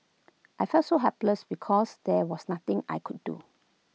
I felt so helpless because there was nothing I could do